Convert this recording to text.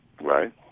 Right